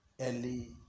early